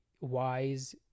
wise